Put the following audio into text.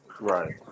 Right